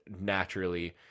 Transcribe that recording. naturally